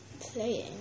playing